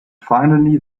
finally